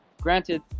Granted